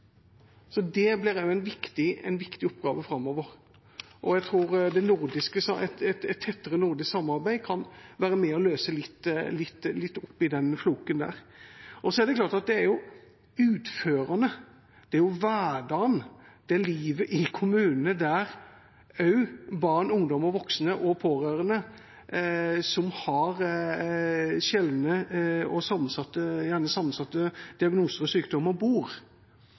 så kan de ikke. Så det blir en viktig oppgave framover, og jeg tror at et tettere nordisk samarbeid kan være med og løse litt opp i den floken. Så er det klart at det gjelder jo utførerne, det gjelder hverdagen, livet i kommunene der barn, ungdom og voksne og pårørende som har sjeldne og gjerne sammensatte diagnoser og sykdommer, bor